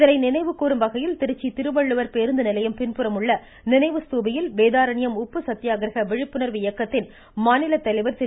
இதனை நினைவு கூறும் வகையில் திருச்சி திருவள்ளுவர் பேருந்து நிலையம் பின்புறம் உள்ள நினைவு ஸ்தூபியில் வேதாரண்யம் உப்பு சத்தியாகிரக விழிப்புணர்வு இயக்கத்தின் மாநில தலைவர் திரு